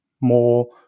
more